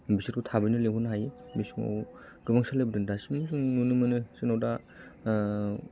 बिसोरखौ थाबैनो लिंहरनो हायो बिसोरखौ गोबां सोलायबोदों दासिम जों नुनो मोनो जोंनाव दा